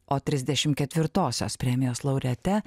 o trisdešimt ketvirtosios premijos laureate